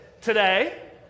today